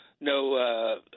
no